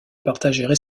partageaient